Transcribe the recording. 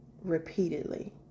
Repeatedly